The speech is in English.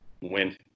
Win